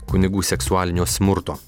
kunigų seksualinio smurto